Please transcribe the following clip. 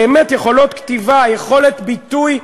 באמת יכולות כתיבה, יכולת ביטוי,